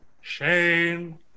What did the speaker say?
Shane